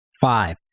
Five